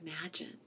imagine